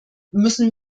müssen